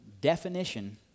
definition